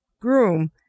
groom